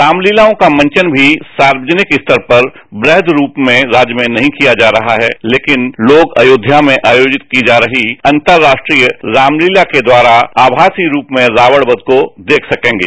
रामलीलाखों का मंचन भी सार्वजनिक स्तर पर व्रहद रूप में राज्य में नहीं किया जा रहा है लेकिन लोग अरोध्या में आयोजित की जा रही अंतरराष्ट्रीय रामलीला के द्वारा आयासीय रूप से रावण क्ष को देख सकेंगे